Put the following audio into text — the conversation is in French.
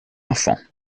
enfant